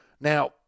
Now